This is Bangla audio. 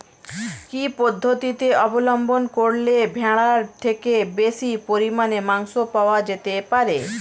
কি পদ্ধতিতে অবলম্বন করলে ভেড়ার থেকে বেশি পরিমাণে মাংস পাওয়া যেতে পারে?